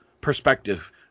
perspective